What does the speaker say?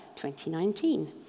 2019